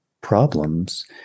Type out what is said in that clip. problems